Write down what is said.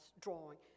drawing